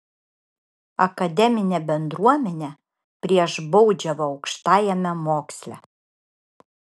akademinė bendruomenė prieš baudžiavą aukštajame moksle